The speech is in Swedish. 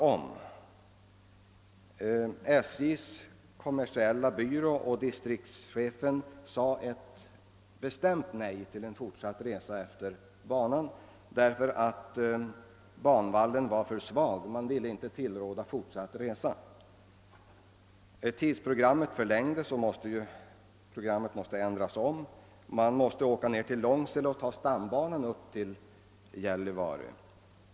SJ:s kommersiella byrå och distriktschefen sade bestämt nej till fortsatt resa efter banan, eftersom banvallen var för svag. Tidsprogrammet måste läggas om; man måste åka till Långsele och ta stambanan till Gällivare eftersom det inte var möjligt att åka med fem vanliga personvagnar upp till Gällivare.